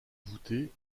voûté